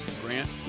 grant